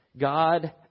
God